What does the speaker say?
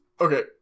Okay